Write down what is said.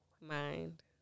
mind